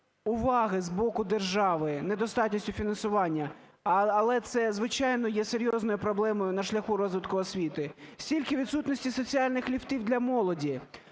уваги з боку держави, недостатністю фінансування, але це, звичайно, є серйозною проблемою на шляху розвитку освіти, стільки відсутності соціальних ліфтів для молоді.